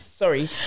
sorry